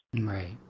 Right